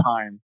time